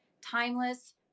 timeless